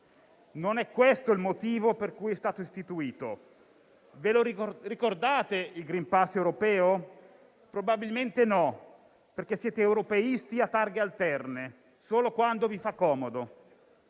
Non è questo il motivo per cui è stato istituito. Ve lo ricordate il *green pass* europeo? Probabilmente no, perché siete europeisti a targhe alterne, solo quando vi fa comodo.